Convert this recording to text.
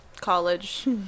college